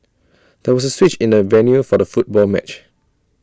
there was A switch in the venue for the football match